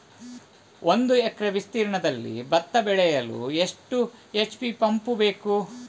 ಒಂದುಎಕರೆ ವಿಸ್ತೀರ್ಣದಲ್ಲಿ ಭತ್ತ ಬೆಳೆಯಲು ಎಷ್ಟು ಎಚ್.ಪಿ ಪಂಪ್ ಬೇಕು?